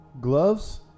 gloves